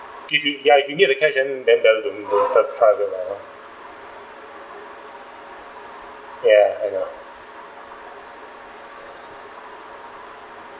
if you ya if you need the cash then then better don't don't try try at it lah hor ya I know